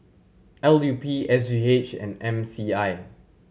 L U P S G H and M C I